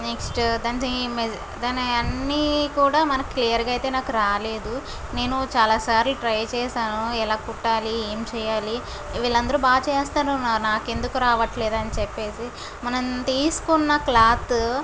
next దాని దాని అన్ని కూడా మన క్లియర్ గా అయితే నాకు రాలేదు నేను చాల సార్లు ట్రై చేశాను యేలా కుట్టాలి ఏమి చెయ్యాలి వీళ్లందరూ బాగ చేస్తారు నాకు ఎందుకు రావట్లేదు అని చెప్పేసి మనం తీసుకున్న క్లాతు